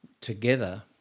together